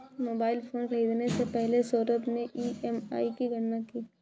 mobile phone खरीदने से पहले सौरभ ने ई.एम.आई की गणना की